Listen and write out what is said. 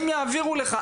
הם יעבירו לך.